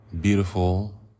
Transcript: beautiful